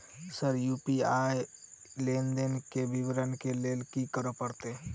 Sir UPI लेनदेन केँ विवरण केँ लेल की करऽ परतै?